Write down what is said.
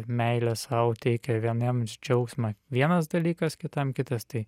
meilė sau teikia vieniems džiaugsmą vienas dalykas kitam kitas tai